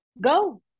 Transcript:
Go